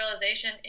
realization